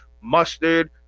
mustard